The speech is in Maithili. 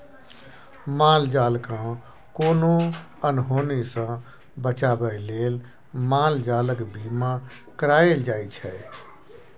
माल जालकेँ कोनो अनहोनी सँ बचाबै लेल माल जालक बीमा कराएल जाइ छै